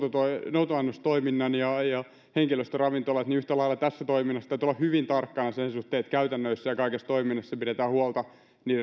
noutoannostoiminnan ja ja henkilöstöravintolat niin yhtä lailla tässä toiminnassa täytyy olla hyvin tarkkana sen suhteen että käytännöissä ja ja kaikessa toiminnassa pidetään huolta